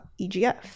egf